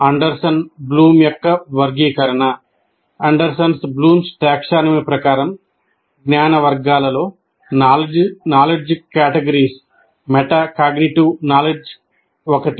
Anderson Bloom యొక్క వర్గీకరణ metacognitive knowledge ఒకటి